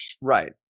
Right